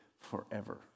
forever